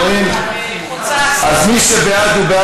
טוב, אני מציע כך, אני הצעתי את ועדת